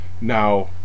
Now